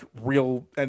real